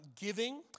Giving